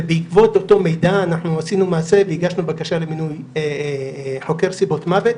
בעקבות אותו מידע עשינו מעשה והגשנו בקשה למינוי חוקר סיבות מוות.